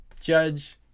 Judge